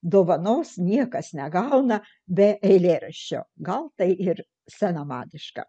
dovanos niekas negauna be eilėraščio gal tai ir senamadiška